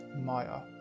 Maya